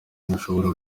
ntashobora